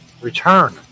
Return